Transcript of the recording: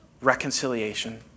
reconciliation